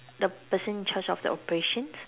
the person in charge of the operation